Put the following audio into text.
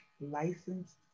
licensed